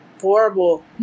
horrible